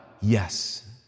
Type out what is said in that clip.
Yes